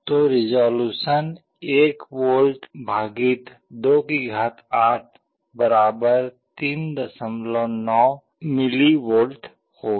तो resolution 1V 28 39 mV होगा